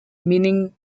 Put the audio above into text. meaning